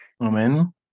Amen